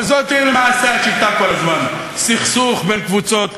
אבל זוהי למעשה השיטה כל הזמן: סכסוך בין קבוצות,